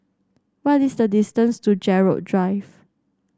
what is the distance to Gerald Drive